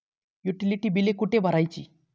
Utility बिले कुठे भरायची?